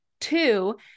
two